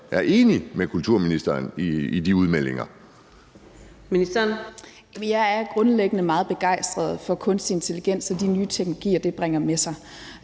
Digitaliseringsministeren (Marie Bjerre): Jeg er grundlæggende meget begejstret for kunstig intelligens og de nye teknologier, det bringer med sig,